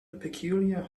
peculiar